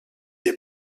est